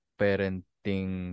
parenting